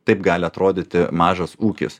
taip gali atrodyti mažas ūkis